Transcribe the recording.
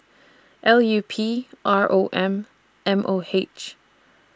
L U P R O M and M O H